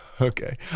Okay